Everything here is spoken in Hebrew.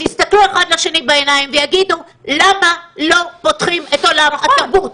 שיסתכלו אחד לשני בעיניים ויגידו למה לא פותחים את עולם התרבות.